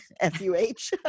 F-U-H